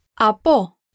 Apo